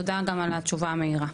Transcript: תודה על התשובה המהירה.